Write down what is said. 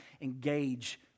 engage